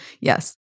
Yes